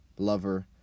Lover